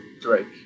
Drake